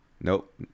Nope